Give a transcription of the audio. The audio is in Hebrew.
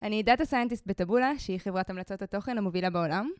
אני דאטה סיינטיסט בטבולה, שהיא חברת המלצות התוכן המובילה בעולם.